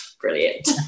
brilliant